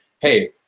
Hey